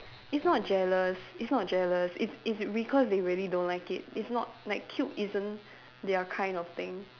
it's not jealous it's not jealous it's it's because they really don't like it's not like cute isn't their kind of thing